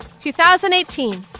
2018